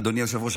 אדוני היושב-ראש,